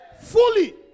Fully